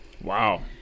Wow